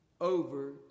over